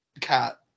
cat